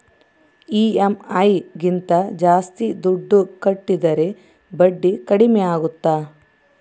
EMI ಗಿಂತ ಜಾಸ್ತಿ ದುಡ್ಡು ಕಟ್ಟಿದರೆ ಬಡ್ಡಿ ಕಡಿಮೆ ಆಗುತ್ತಾ?